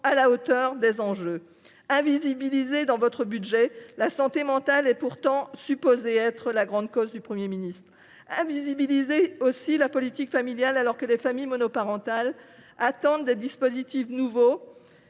à la hauteur des enjeux. Invisibilisée dans votre budget, la santé mentale est pourtant supposée être la grande cause du Premier ministre. Invisibilisée, la politique familiale l’est aussi alors que les familles monoparentales attendent des dispositifs nouveaux,